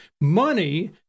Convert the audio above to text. money